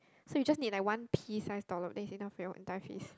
so you just need like one pea size dollop then is enough for your entire face